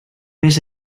més